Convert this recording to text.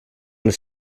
les